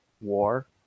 war